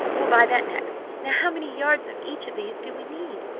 we'll buy that next. now, how many yards of each of these do we need?